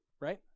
right